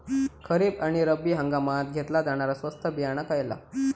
खरीप आणि रब्बी हंगामात घेतला जाणारा स्वस्त बियाणा खयला?